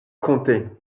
racontez